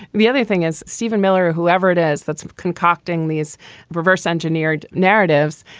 the other thing is stephen miller, whoever it is that's concocting these reverse engineered narratives,